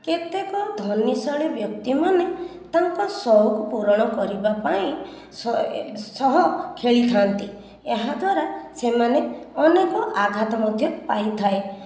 କେତେକ ଧନିଶାଳୀ ବ୍ୟକ୍ତିମାନେ ତାଙ୍କ ସଉକ ପୁରଣ କରିବାପାଇଁ ସହ ଖେଳିଥାନ୍ତି ଏହାଦ୍ୱାରା ସେମାନେ ଅନେକ ଆଘାତ ମଧ୍ୟ ପାଇଥାଏ